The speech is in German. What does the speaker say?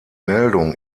meldung